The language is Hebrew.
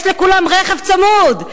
יש לכולם רכב צמוד,